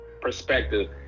perspective